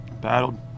Battled